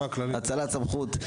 האצלת סמכות.